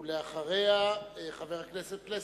ואחריה, חבר הכנסת פלסנר.